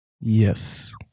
Yes